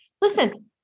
Listen